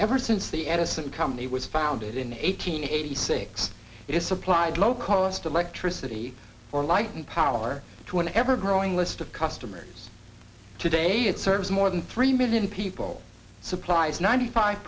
ever since the edison company was founded in eighteen eighty six it's applied low cost electricity for light and power to an ever growing list of customers today it serves more than three million people supplied ninety five